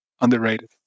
underrated